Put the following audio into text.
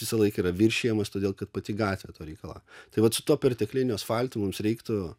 visąlaik yra viršijamas todėl kad pati gatvė to reikalauja tai vat su tuo pertekliniu asfaltu mums reiktų